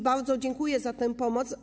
Bardzo dziękuję za tę pomoc.